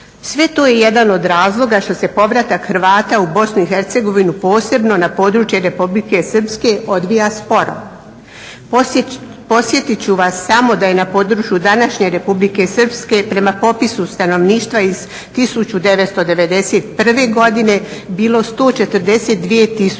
Sve to je jedan od razloga što se povratak Hrvata u BiH posebno na područje Republike Srpske odvija sporo. Podsjetit ću vas samo da je na području današnje Republike Srpske prema popisu stanovništva iz 1991.godine bilo 142